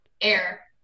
air